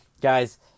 Guys